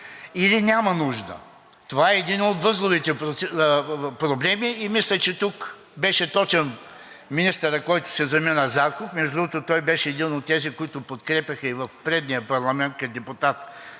или няма нужда? Това е единият от възловите проблеми. Мисля, че тук беше точен министър Зарков, който си замина, между другото, той беше един от тези, които подкрепяха и в предния парламент като депутат